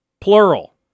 plural